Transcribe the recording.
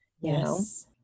Yes